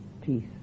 peace